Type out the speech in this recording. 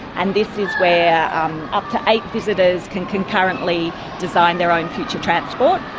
and this is where up to eight visitors can concurrently design their own future transport.